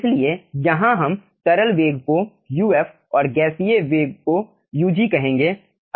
इसलिए यहां हम तरल वेग को Uf और गैसीय वेग को Ug कहेंगे